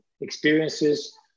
experiences